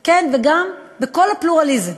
כן, וגם בכל הפלורליזם